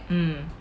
mm